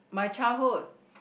my childhood